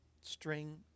string